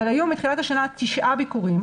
אבל היו מתחילת השנה 9 ביקורים,